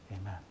Amen